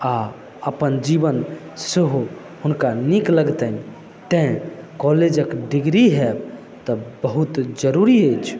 आ अपन जीवन सेहो हुनका नीक लगतनि तैं कॉलेज क डिग्री होयब तऽ बहुत जरुरी अछि